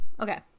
okay